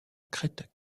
crête